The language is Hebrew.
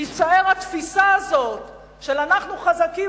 תישאר התפיסה הזאת של "אנחנו חזקים,